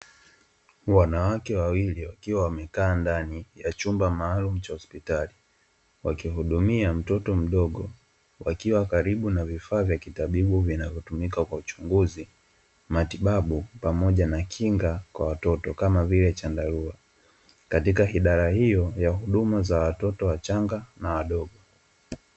Wanawake wawili wakiwa wamekaa ndani ya chumba maalumu cha hospitali, wakimhudumia mtoto mdogo. Wakiwa karibu na vifaa vya kitabibu vinavyotumika kwa uchunguzi, matibabu pamoja na kinga kwa watoto, kama vile chandarua. Katika idara hio ya huduma ya watoto wachanga na wadogo.